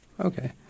Okay